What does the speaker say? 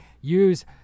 Use